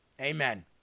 Amen